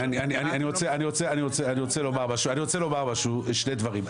אני רוצה לומר משהו, שני דברים.